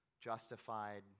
Justified